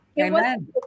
Amen